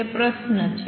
તે પ્રશ્ન છે